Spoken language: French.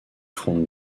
front